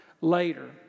later